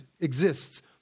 exists